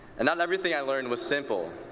and not everything i learned was simple.